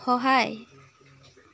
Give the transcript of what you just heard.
সহায়